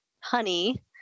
honey